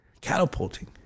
catapulting